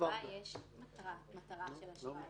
היא לא רלוונטית לעניין החוק מאחר שהחוק לא התכוון בעצם --- של אשראי.